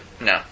No